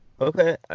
Okay